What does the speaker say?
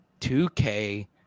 2k